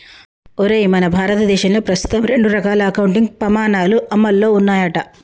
ఒరేయ్ మన భారతదేశంలో ప్రస్తుతం రెండు రకాల అకౌంటింగ్ పమాణాలు అమల్లో ఉన్నాయంట